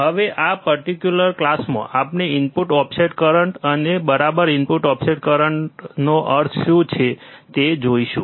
હવે આ પર્ટિક્યુલર ક્લાસમાં આપણે ઇનપુટ ઓફસેટ કરંટ અને બરાબર ઇનપુટ ઓફસેટ કરંટનો અર્થ શું છે તે જોઈશું